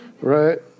Right